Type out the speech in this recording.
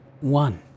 One